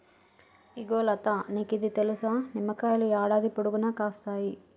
ఇగో లతా నీకిది తెలుసా, నిమ్మకాయలు యాడాది పొడుగునా కాస్తాయి